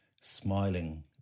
smiling